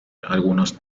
algunos